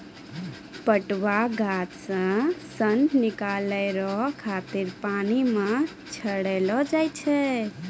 पटुआ गाछ से सन निकालै रो खातिर पानी मे छड़ैलो जाय छै